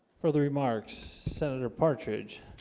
for the remarks senator partridge